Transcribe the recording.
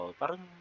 parang